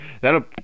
That'll